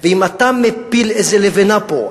ואם אתה מפיל איזו לבנה פה,